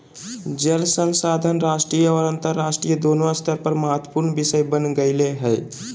जल संसाधन राष्ट्रीय और अन्तरराष्ट्रीय दोनों स्तर पर महत्वपूर्ण विषय बन गेले हइ